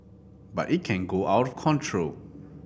but it can go out of control